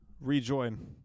rejoin